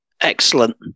Excellent